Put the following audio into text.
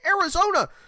Arizona